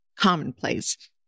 commonplace